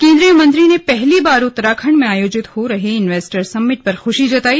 केंद्रीय मंत्री ने पहली बार उत्तराखंड में आयोजित हो रहे इन्वेस्टर्स समिट पर खुशी जताई